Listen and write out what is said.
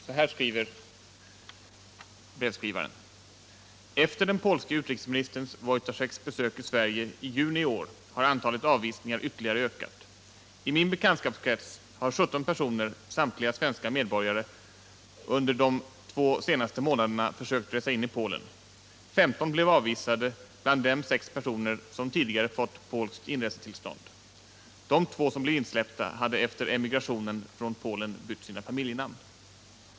Så här säger brevskrivaren: Efter den polske utrikesministern Wojtaszeks besök i Sverige i juni i år har antalet avvisningar ytterligare ökat. I min bekantskapskrets här sjutton personer, samtliga svenska medborgare, under de två sista månaderna försökt resa in i Polen. Femton blev avvisade, bland dem sex personer som tidigare fått polskt inresetillstånd. De två som blev insläppta hade efter emigrationen från Polen bytt sina familjenamn.